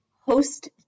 host